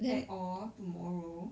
it's like off tomorrow